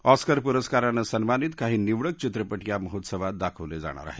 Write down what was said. Oscar पुरस्कारानं सन्मानित काही निवडक चित्रपट या महोत्सवात दाखवले जाणार आहेत